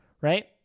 Right